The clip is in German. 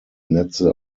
netze